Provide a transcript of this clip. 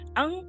ang